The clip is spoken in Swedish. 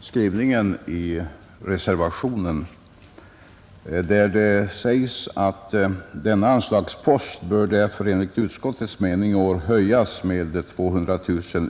skrivningen i reservationen, där det sägs: ”Denna anslagspost bör därför enligt utskottets mening i år höjas med 200 000 kr.